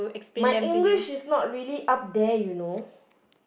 my English is not really up there you know